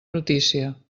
notícia